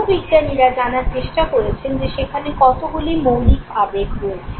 মনোবিজ্ঞানীরা জানার চেষ্টা করেছেন যে সেখানে কতগুলি মৌলিক আবেগ রয়েছে